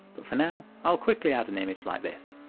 but for now i'll quickly add an image like this.